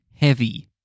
heavy